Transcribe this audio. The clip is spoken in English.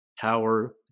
power